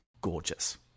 Gorgeous